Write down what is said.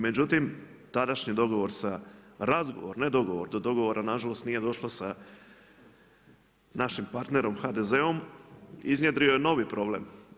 Međutim tadašnji dogovor sa, razgovor ne dogovor, do dogovora nažalost nije došlo sa našim partnerom HDZ-om, iznjedrio je novi problem.